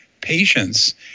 patients